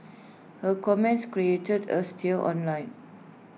her comments created A stir online